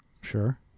Sure